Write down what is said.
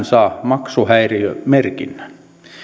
saa maksuhäiriömerkinnän